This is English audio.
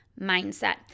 mindset